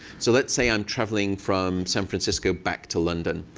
so let's say i'm traveling from san francisco back to london.